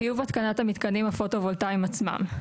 חיוב התקנת המתקנים הפוטו-וולטאים עצמם.